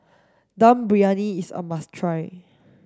Dum Briyani is a must try